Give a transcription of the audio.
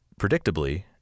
Predictably